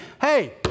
hey